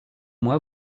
mois